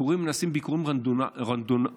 נעשים ביקורים רנדומליים,